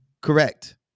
Correct